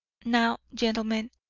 now, gentlemen,